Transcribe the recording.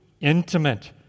intimate